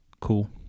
Cool